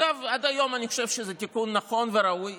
אגב, עד היום אני חושב שזה תיקון ראוי ונכון.